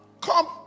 Come